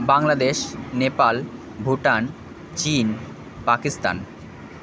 বাংলাদেশ নেপাল ভুটান চীন পাকিস্তান